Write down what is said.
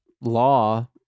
law